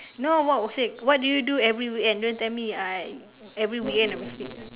no say what do you do every weekend don't tell me I every weekend I must sleep